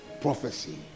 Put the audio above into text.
prophecy